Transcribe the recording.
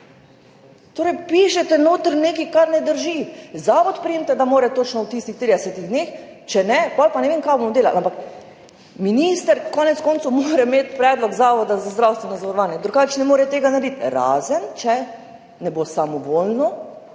Torej, pišete noter nekaj, kar ne drži. Zavod primite, da mora točno v tistih 30 dneh, če ne, potem pa ne vem, kaj bomo delali. Ampak minister konec koncev mora imeti predlog Zavoda za zdravstveno zavarovanje, drugače ne more tega narediti. Razen če ne bo samovoljno